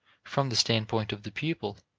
from the standpoint of the pupil,